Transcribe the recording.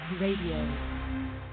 Radio